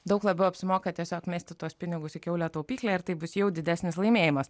daug labiau apsimoka tiesiog mesti tuos pinigus į kiaulę taupyklę ir taip bus jau didesnis laimėjimas